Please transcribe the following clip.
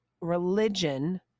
religion